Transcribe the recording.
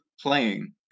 playing